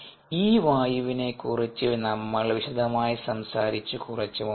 ഈ വായുവിനെ കുറിച്ച് നമ്മൾ വിശദമായി സംസാരിച്ചു കുറച്ചു മു മ്പ്